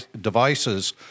devices